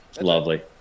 Lovely